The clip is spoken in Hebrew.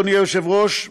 אדוני היושב-ראש,